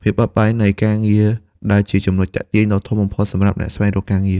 ភាពបត់បែននៃការងារ ដែលជាចំណុចទាក់ទាញដ៏ធំសម្រាប់អ្នកស្វែងរកការងារ។